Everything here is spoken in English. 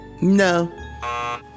No